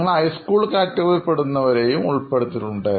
നിങ്ങൾ ഹൈസ്കൂൾ കാറ്റഗറിയിൽ പെടുന്നവരെയും ഉൾപ്പെടുത്തിയിട്ടുണ്ട്